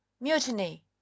mutiny